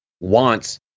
wants